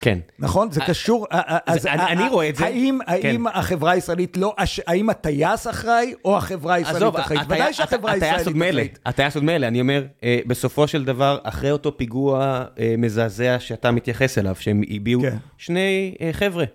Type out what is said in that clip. כן. נכון? זה קשור, אז אני רואה את זה. האם החברה הישראלית לא, האם הטייס אחראי, או החברה הישראלית אחראית? בוודאי שהחברה הישראלית אחראית. הטייס עוד מילא, אני אומר, בסופו של דבר, אחרי אותו פיגוע מזעזע שאתה מתייחס אליו, שהם הביעו שני חבר'ה.